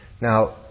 Now